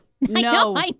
No